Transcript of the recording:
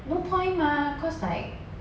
no point mah cause like